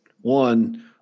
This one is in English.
one